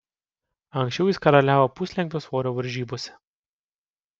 anksčiau jis karaliavo puslengvio svorio varžybose